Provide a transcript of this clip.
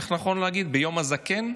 איך נכון להגיד, "יום הזקן"?